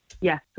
Yes